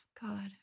God